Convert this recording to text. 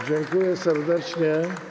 Dziękuję serdecznie.